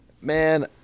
Man